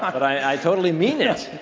i totally mean it.